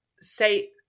say